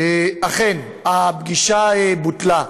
אכן, הפגישה בוטלה.